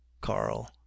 Carl